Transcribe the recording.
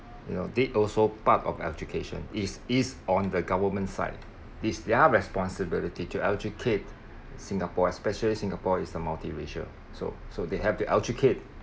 you know they also part of education is is on the government's side this they have responsibility to educate singapore especially singapore is the multiracial so so they have to educate